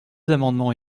amendements